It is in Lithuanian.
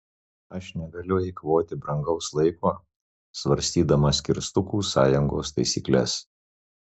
aš negaliu eikvoti brangaus laiko svarstydamas kirstukų sąjungos taisykles